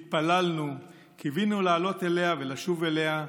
התפללנו, קיווינו לעלות אליה ולשוב אליה.